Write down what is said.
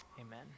Amen